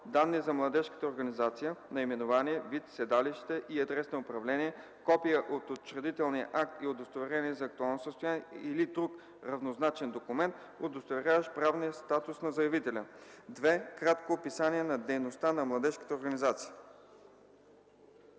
данни за младежката организация – наименование, вид, седалище и адрес на управление; копия от учредителен акт и удостоверение за актуално състояние или друг равнозначен документ, удостоверяващ правния статус на заявителя; 2. кратко описание на дейността на младежката организация.”